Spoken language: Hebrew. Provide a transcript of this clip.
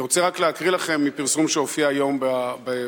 אני רוצה רק להקריא לכם מפרסום שהופיע היום באתר